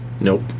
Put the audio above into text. Nope